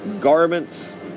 garments